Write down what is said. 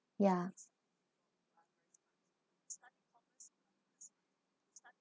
ya